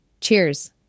Cheers